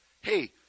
Hey